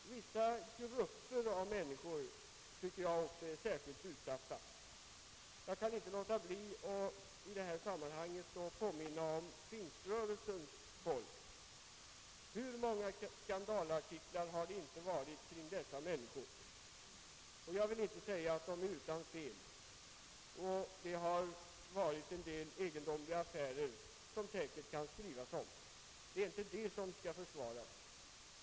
Vissa grupper av människor är också särskilt utsatta för skriverierna. Jag kan inte underlåta att i detta sammanhang påminna om pingströrelsens folk. Hur många skandalartiklar har det inte skrivits om dem! Jag vill inte påstå att de är utan fel, och det har säkert förekommit en del egendomliga affärer som det kan skrivas om. Det är inte detta som skall försvaras.